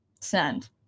Send